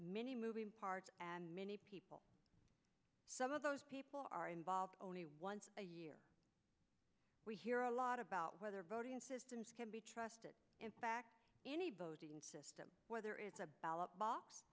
many moving parts and many people some of those people are involved only once a year we hear a lot about whether voting systems can be trusted in fact any bose system whether it's a ballot box